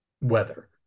weather